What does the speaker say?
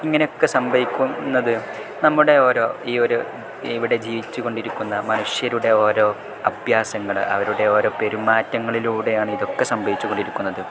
ഇങ്ങനെയൊക്കെ സംഭവിക്കുന്നത് നമ്മുടെ ഓരോ ഈ ഒരു ഇവിടെ ജീവിച്ചുകൊണ്ടിരിക്കുന്ന മനുഷ്യരുടെ ഓരോ അഭ്യാസങ്ങൾ അവരുടെ ഓരോ പെരുമാറ്റങ്ങളിലൂടെയാണ് ഇതൊക്കെ സംഭവിച്ചുകൊണ്ടിരിക്കുന്നത്